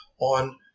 on